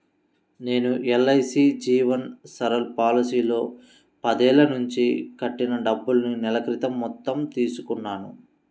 నేను ఎల్.ఐ.సీ జీవన్ సరల్ పాలసీలో పదేళ్ళ నుంచి కట్టిన డబ్బుల్ని నెల క్రితం మొత్తం తీసుకున్నాను